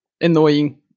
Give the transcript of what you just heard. annoying